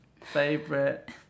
Favorite